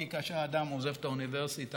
כי כאשר אדם עוזב את האוניברסיטה,